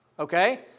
Okay